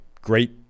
Great